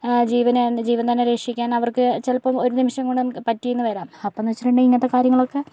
ജീവനാണ് ജീവൻ തന്നെ രക്ഷിക്കാൻ അവർക്ക് ചിലപ്പോൾ ഒരു നിമിഷം കൊണ്ട് നമുക്ക് പറ്റിയെന്ന് വരാം അപ്പോഴെന്ന് വെച്ചിട്ടുണ്ടെങ്കിൽ ഇങ്ങനത്തെ കാര്യങ്ങളൊക്കെ